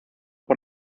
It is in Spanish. por